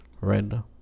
Red